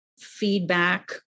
feedback